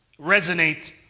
resonate